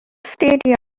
stadium